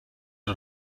und